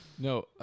No